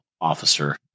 officer